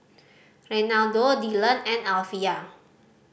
Renaldo Dyllan and Alvia